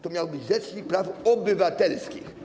To miał być rzecznik praw obywatelskich.